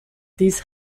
these